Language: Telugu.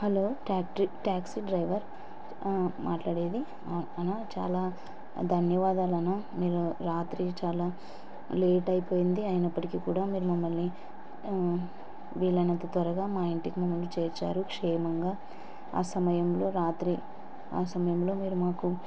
హలో ట్యాక్ట ట్యాక్సీ డ్రైవర్ మాట్లాడేది అన్నా చాలా ధన్యవాదాలన్నా మీరు రాత్రి చాలా లేట్ అయిపోయింది అయినప్పటికీ కూడా మీరు మమ్మల్ని వీలైనంత త్వరగా మా ఇంటికి మమ్మల్ని చేర్చారు క్షేమంగా ఆ సమయంలో రాత్రి ఆ సమయంలో మీరు మాకు